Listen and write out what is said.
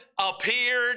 Appeared